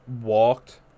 walked